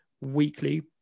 weekly